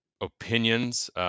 opinions